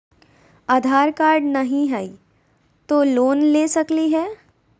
आधार card नही हय, तो लोन ले सकलिये है?